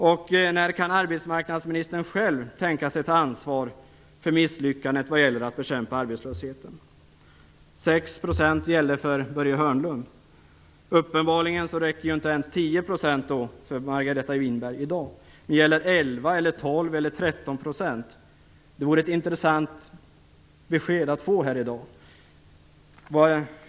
Och när kan arbetsmarknadsministern själv tänka sig att ta ansvar för misslyckandet vad gäller att bekämpa arbetslösheten? 6 % gällde för Börje Hörnlund. Uppenbarligen räcker inte ens 10 % för Margareta Winberg i dag, men gäller 11 %, 12 % eller 13 %? Det vore ett intressant besked att få här i dag.